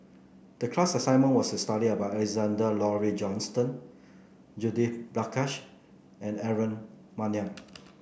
the class assignment was to study about Alexander Laurie Johnston Judith Prakash and Aaron Maniam